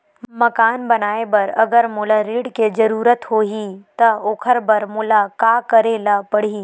मकान बनाये बर अगर मोला ऋण के जरूरत होही त ओखर बर मोला का करे ल पड़हि?